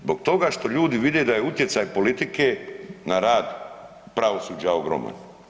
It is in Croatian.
Zbog toga što ljudi vide da je utjecaj politike na rad pravosuđa ogroman.